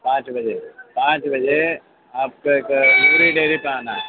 پانچ بجے پانچ بجے آپ کے نوری ڈیری پہ آنا ہے